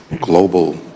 global